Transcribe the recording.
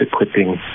equipping